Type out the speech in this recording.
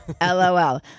LOL